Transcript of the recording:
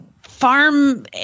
farm